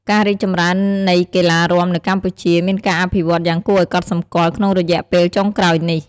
ការរីកចម្រើននៃកីឡារាំនៅកម្ពុជា មានការអភិវឌ្ឍន៍យ៉ាងគួរឱ្យកត់សម្គាល់ក្នុងរយៈពេលចុងក្រោយនេះ។